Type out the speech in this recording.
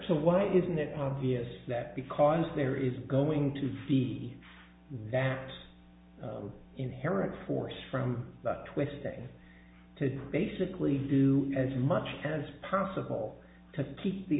so why isn't it obvious that because there is going to be that inherent force from twisting to basically do as much as possible t